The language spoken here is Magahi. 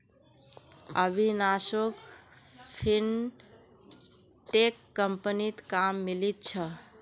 अविनाशोक फिनटेक कंपनीत काम मिलील छ